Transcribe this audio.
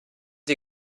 sie